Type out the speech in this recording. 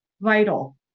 vital